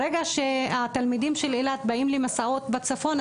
ברגע שהתלמידים של אילת באים למסעות בצפון,